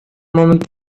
moment